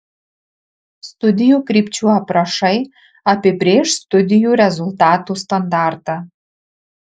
studijų krypčių aprašai apibrėš studijų rezultatų standartą